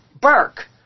Burke